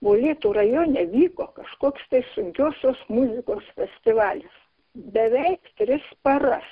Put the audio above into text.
molėtų rajone vyko kažkoks tai sunkiosios muzikos festivalis bevei tris paras